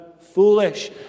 foolish